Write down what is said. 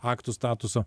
aktu statusą